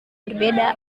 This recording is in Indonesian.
berbeda